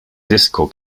disco